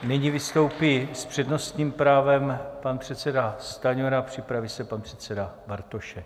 Nyní vystoupí s přednostním právem pan předseda Stanjura, připraví se pan předseda Bartošek.